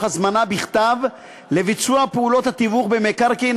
הזמנה בכתב לביצוע פעולות התיווך במקרקעין,